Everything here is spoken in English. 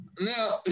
Now